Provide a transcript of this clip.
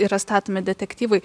yra statomi detektyvai